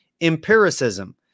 empiricism